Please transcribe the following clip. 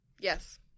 Yes